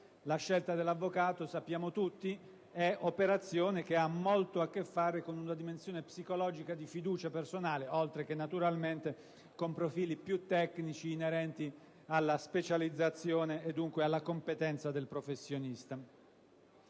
la scelta dell'avvocato è un'operazione che ha molto a che fare con una dimensione psicologica di fiducia personale, oltre che con profili più tecnici inerenti alla specializzazione e dunque alla competenza del professionista.